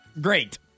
Great